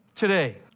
Today